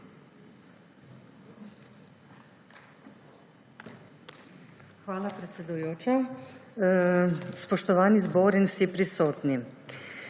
Hvala, predsedujoča. Spoštovani zbor in vsi prisotni!